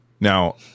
Now